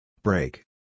Break